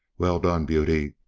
well done, beauty!